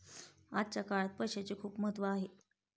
आजच्या काळात पैसाचे खूप महत्त्व आहे